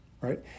right